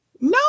no